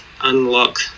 unlock